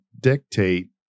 dictate